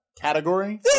category